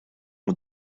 ont